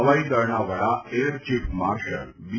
હવાઈદળના વડા air chief marshal બી